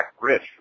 Rich